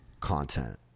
content